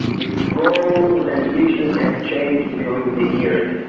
its role and mission has changed during the years.